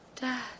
Dad